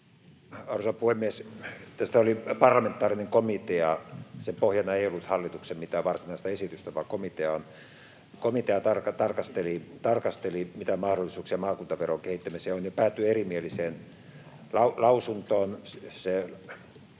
Arvoisa puhemies! Tästä oli parlamentaarinen komitea. Sen pohjana ei ollut hallituksen mitään varsinaista esitystä, vaan komitea tarkasteli, mitä mahdollisuuksia maakuntaveron kehittämiseen on, ja päätyi erimieliseen lausuntoon.